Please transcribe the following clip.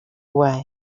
away